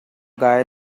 guy